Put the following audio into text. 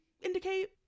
indicate